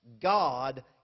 God